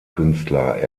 künstler